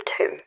tomb